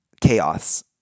chaos